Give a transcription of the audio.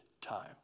time